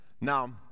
Now